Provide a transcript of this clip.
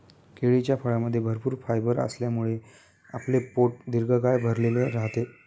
केळीच्या फळामध्ये भरपूर फायबर असल्यामुळे आपले पोट दीर्घकाळ भरलेले राहते